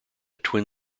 twin